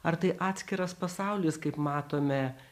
ar tai atskiras pasaulis kaip matome